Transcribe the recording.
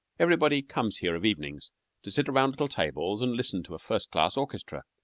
everybody comes here of evenings to sit around little tables and listen to a first-class orchestra.